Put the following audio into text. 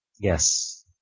Yes